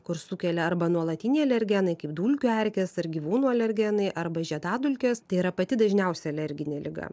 kur sukelia arba nuolatiniai alergenai kaip dulkių erkės ar gyvūnų alergenai arba žiedadulkės tai yra pati dažniausia alerginė liga